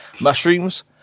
mushrooms